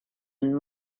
and